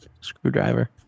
screwdriver